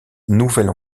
nouvelle